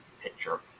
picture